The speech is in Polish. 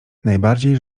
najbardziej